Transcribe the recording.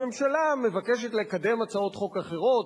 הממשלה מבקשת לקדם הצעות חוק אחרות,